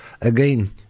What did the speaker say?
again